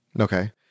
Okay